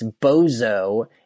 Bozo